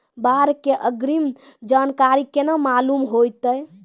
बाढ़ के अग्रिम जानकारी केना मालूम होइतै?